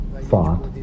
thought